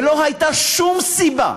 ולא הייתה שום סיבה